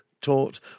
taught